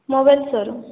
mobile showroom